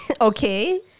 Okay